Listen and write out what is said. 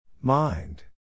Mind